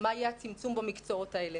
מה יהיה הצמצום במקצועות האלה.